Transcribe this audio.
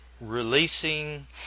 releasing